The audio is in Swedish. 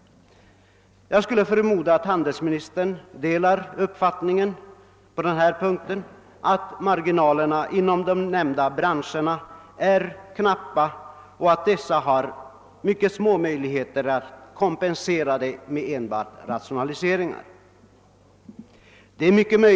Jag skulle förmoda att handelsministern delar uppfattningen att marginalerna inom nämnda branscher är knappa och att möjligheterna att kompensera detta genom rationaliseringar är mycket små.